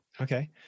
Okay